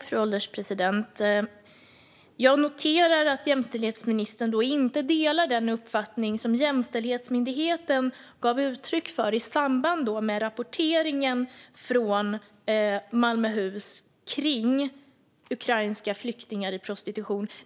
Fru ålderspresident! Jag noterar att jämställdhetsministern inte delar den uppfattning som Jämställdhetsmyndigheten gav uttryck för i samband med rapporteringen från P4 Malmöhus om ukrainska flyktingar i prostitution.